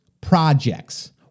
projects